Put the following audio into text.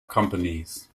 companies